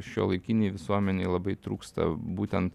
šiuolaikinei visuomenei labai trūksta būtent